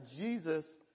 Jesus